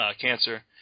cancer